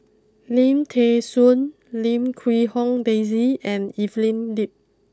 Lim Thean Soo Lim Quee Hong Daisy and Evelyn Lip